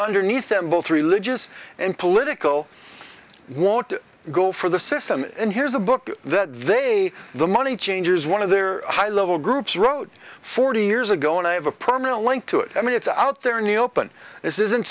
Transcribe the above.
underneath them both religious and political won't go for the system and here's a book that they the money changers one of their high level groups wrote forty years ago and i have a prominent link to it i mean it's out there new open this isn't